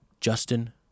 Justin